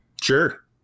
sure